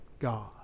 God